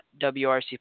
WRC